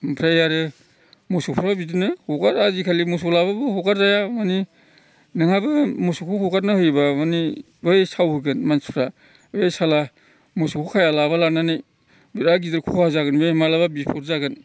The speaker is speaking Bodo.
ओमफ्राय आरो मोसौफ्राबो बिदिनो हगारा आजिखालि मोसौ लाब्लाबो हगारजाया माने नोंहाबो मोसौखौ हगारना होयोब्ला माने साव होगोन मानसिफ्रा बे साला मोसौ खाया लाबा लानानै बिराद गिदिर खहा जागोन बे माब्लाबा बिफद जागोन